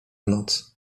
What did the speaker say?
noc